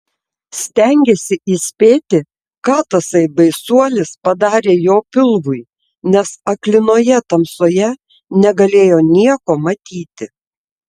stengėsi įspėti ką tasai baisuolis padarė jo pilvui nes aklinoje tamsoje negalėjo nieko matyti